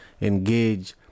engage